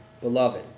beloved